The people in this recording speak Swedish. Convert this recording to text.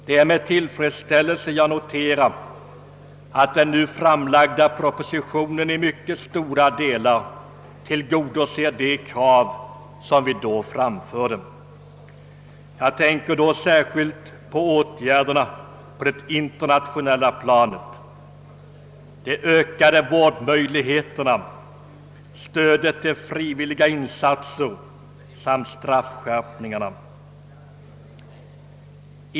Det är med tillfredsställelse jag noterar att den nu framlagda propositionen i mycket stora delar tillgodoser de krav som vi då framförde. Jag tänker då särskilt på åtgärderna på det internationella planet, de ökade vårdmöjligheterna, stödet till frivilliga insatser samt straffskärpningarna.